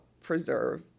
preserve